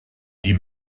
die